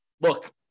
look